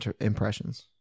impressions